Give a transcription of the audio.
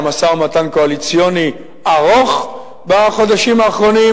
היה משא-ומתן קואליציוני ארוך בחודשים האחרונים,